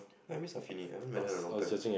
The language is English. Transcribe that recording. I miss I haven't met her a long time